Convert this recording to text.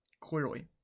Clearly